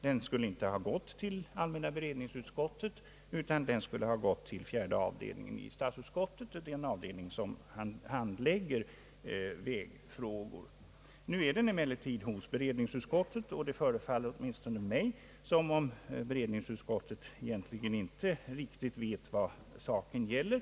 Den skulle inte ha gått till allmänna beredningsutskottet utan till statsutskottets fjärde avdelning som handlägger vägfrågor. Nu har den emellertid gått till beredningsutskottet. Det förefaller åtminstone mig som om beredningsutskottet egentligen inte rik tigt vet vad saken gäller.